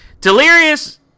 delirious